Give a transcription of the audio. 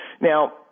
now